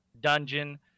dungeon